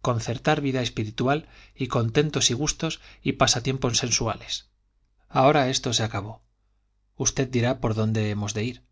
concertar vida espiritual y contentos y gustos y pasatiempos sensuales ahora esto se acabó usted dirá por dónde hemos de ir